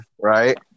right